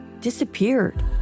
disappeared